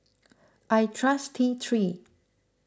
I trust T three